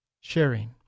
sharing